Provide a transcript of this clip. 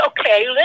okay